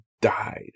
died